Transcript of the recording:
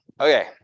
okay